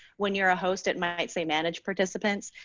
when you're a host it might say manage participants.